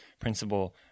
principle